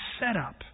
setup